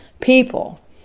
people